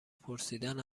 پرسیدن